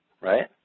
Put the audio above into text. right